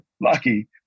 lucky